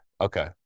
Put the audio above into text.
Okay